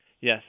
Yes